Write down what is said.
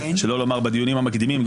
שלא לומר בדיונים המקדימים,